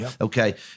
Okay